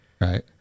Right